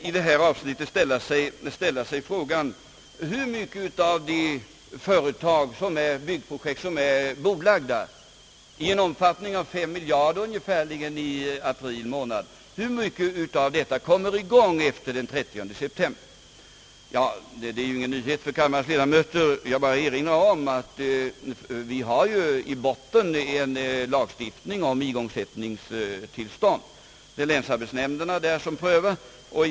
I detta avsnitt kan man då ställa sig frågan: Hur stor del av de uppskjutna byggprojekten — med en omfattning av ungefärligen 5 miljarder i april månad — kommer i gång efter den 30 september? Ja, det är ju ingen nyhet för kamma rens ledamöter att vi i botten — jag bara erinrar om det — har en lagstiftning om igångsättningstillstånd; länsarbetsnämnderna gör den prövningen.